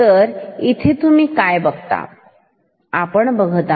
तर इथे तुम्ही काय बघता आपण बघतो